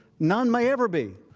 none may ever be.